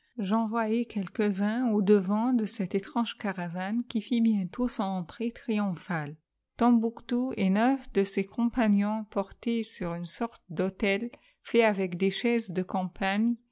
j'envoyai quelques hommes au-devant de cette étrange caravane qui fit bientôt son entrée triomphale tombouctou et neuf de ses compagnons portaient sur une sorte d'autel fait avec des chaises de campagne